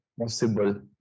possible